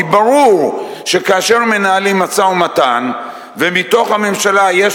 כי ברור שכאשר מנהלים משא-ומתן ומתוך הממשלה יש